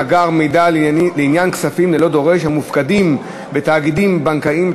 מאגר מידע לעניין כספים ללא דורש המופקדים בתאגידים בנקאיים),